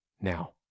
now